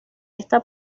esta